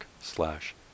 slash